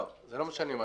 לא, זה לא מה שאני אומר.